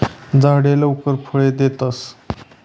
झाडे लवकर फळ देतस